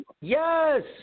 Yes